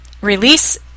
release